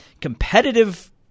competitive